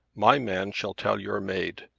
my man shall tell your maid.